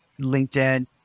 LinkedIn